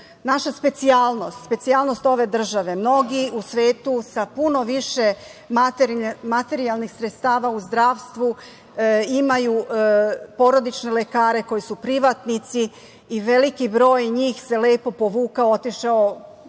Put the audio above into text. naša specijalnost, specijalnost ove države. Mnogi u svetu sa puno više materijalnih sredstava u zdravstvu imaju porodične lekare koji su privatnici i veliki broj njih se lepo povukao, otišao